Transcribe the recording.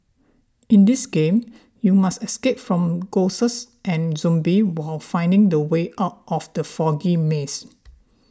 in this game you must escape from ghosts and zombies while finding the way out of the foggy maze